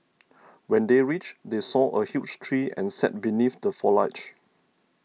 when they reached they saw a huge tree and sat beneath the foliage